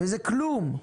וזה כלום,